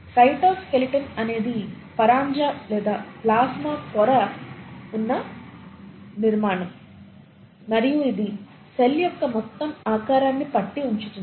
cytoskeleton అనేది పరంజా లేదా ప్లాస్మా పొర ఉండే నిర్మాణం మరియు ఇది సెల్ యొక్క మొత్తం ఆకారాన్ని పట్టి ఉంచుతుంది